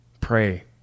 Pray